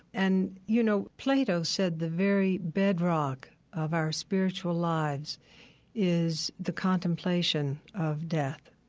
and you know, plato said the very bedrock of our spiritual lives is the contemplation of death.